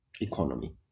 economy